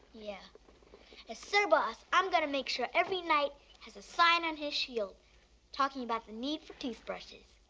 yeah. as sir boss, i'm gonna make sure every knight has a sign on his shield talking about the need for toothbrushes.